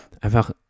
einfach